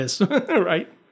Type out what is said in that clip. right